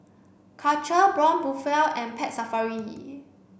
Karcher Braun Buffel and Pet Safari